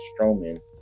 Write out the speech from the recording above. Strowman